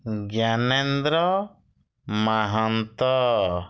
Gyanendra Mahanta